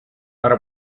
ώρα